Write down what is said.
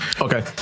Okay